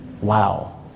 Wow